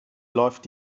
läuft